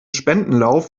spendenlauf